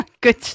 good